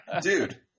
Dude